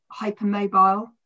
hypermobile